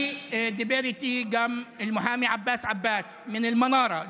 דיבר איתי גם עו"ד עבאס עבאס מן אלמנארה ג'מעיה,